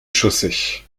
chaussée